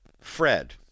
Fred